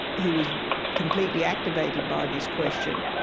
who was completely activated by this question,